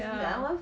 ya